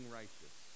righteous